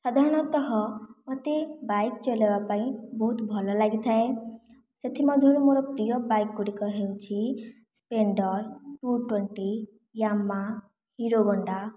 ସାଧାରଣତଃ ମତେ ବାଇକ୍ ଚଲେଇବା ପାଇଁ ବହୁତ ଭଲ ଲାଗିଥାଏ ସେଥିମଧ୍ୟରୁ ମୋର ପ୍ରିୟ ବାଇକ୍ ଗୁଡ଼ିକ ହେଉଛି Splendor two twenty Yamaha Hero Honda